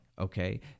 Okay